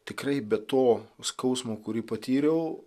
tikrai be to skausmo kurį patyriau